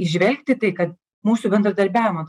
įžvelgti tai ka mūsų bendradarbiavimo